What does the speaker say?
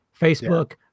facebook